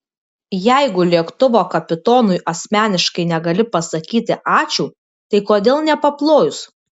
jeigu lėktuvo kapitonui asmeniškai negali pasakyti ačiū tai kodėl nepaplojus